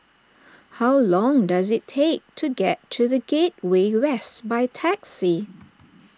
how long does it take to get to the Gateway West by taxi